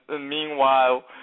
meanwhile